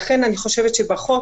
לכן אני חושבת שבחוק